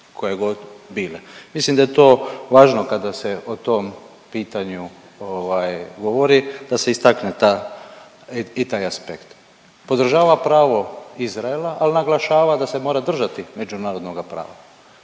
Mislim da je to važno kada se o tom pitanju govori da se istakne i taj aspekt. Podržava pravo Izraela ali naglašava da se mora držati međunarodnoga prava.